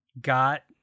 got